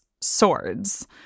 swords